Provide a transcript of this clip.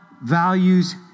values